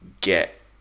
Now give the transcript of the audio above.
get